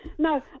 No